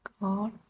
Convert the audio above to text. God